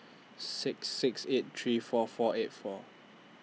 six six eight three four four eight four